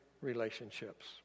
relationships